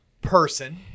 person